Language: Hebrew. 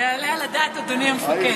היעלה על הדעת, אדוני המפקד.